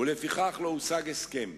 ולפיכך לא הושג הסכם.